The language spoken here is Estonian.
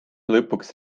lõpuks